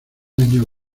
años